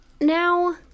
Now